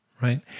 Right